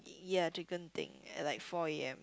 ya to Genting at like four A_M